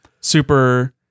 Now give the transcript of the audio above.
super